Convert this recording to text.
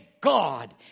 God